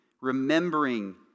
remembering